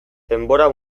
denbora